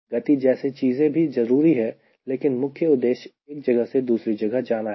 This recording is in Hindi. गति जैसी चीजें भी जरूरी है लेकिन मुख्य उद्देश्य एक जगह से दूसरी जगह जाना है